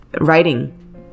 writing